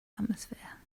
atmosphere